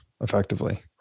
effectively